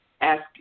ask